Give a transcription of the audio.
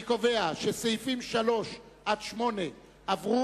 אני קובע שסעיפים 3 עד 8 עברו,